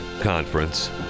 conference